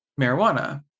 marijuana